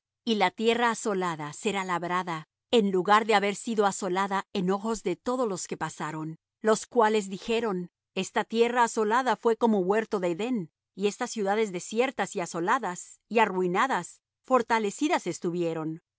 y la tierra asolada será labrada en lugar de haber sido asolada en ojos de todos los que pasaron los cuales dijeron esta tierra asolada fué como huerto de edén y estas ciudades desiertas y asoladas y arruinadas fortalecidas estuvieron